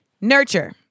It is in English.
Nurture